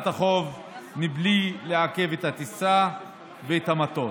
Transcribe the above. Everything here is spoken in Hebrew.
החוק בלי לעכב את הטיסה ואת המטוס.